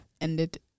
ended